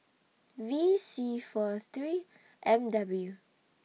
V C four three M W